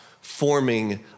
forming